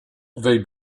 they